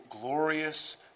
glorious